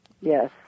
Yes